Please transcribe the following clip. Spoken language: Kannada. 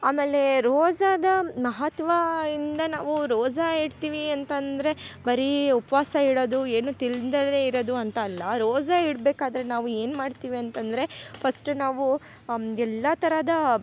ಆಮೇಲೆ ರೋಸಾದ ಮಹತ್ವ ಇಂದ ನಾವು ರೋಸಾ ಎಡ್ತಿವಿ ಅಂತಂದರೆ ಬರಿ ಉಪವಾಸ ಇಡದು ಏನು ಇರದು ಅಂತ ಅಲ್ಲ ರೋಸಾ ಇಡ್ಬೇಕಾದರೆ ನಾವು ಏನು ಮಾಡ್ತೀವಿ ಅಂತಂದರೆ ಫಸ್ಟ್ ನಾವು ಎಲ್ಲ ತರಹದ